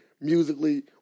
musically